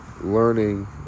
learning